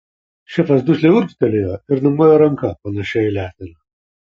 šefas dusliai urgztelėjo ir numojo ranka panašia į leteną